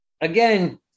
Again